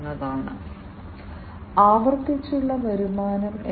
ഇവ ഇന്റർനെറ്റുമായി ബന്ധിപ്പിക്കാം